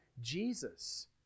jesus